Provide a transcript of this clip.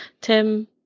Tim